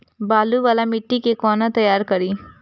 बालू वाला मिट्टी के कोना तैयार करी?